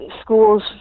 schools